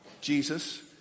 Jesus